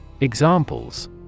Examples